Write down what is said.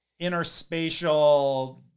interspatial